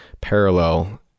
parallel